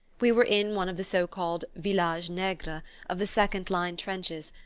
we were in one of the so-called villages negres of the second-line trenches,